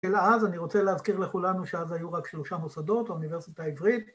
‫אז אני רוצה להזכיר לכולנו ‫שאז היו רק שלושה מוסדות, ‫האוניברסיטה העברית...